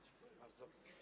Dziękuję bardzo.